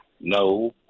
No